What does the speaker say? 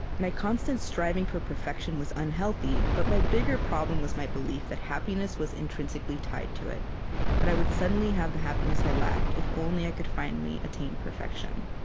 my constant striving for perfection was unhealthy, but my bigger problem was my belief that happiness was intrinsically tied to it that i would suddenly have the happiness i lacked if only i could finally attain perfection.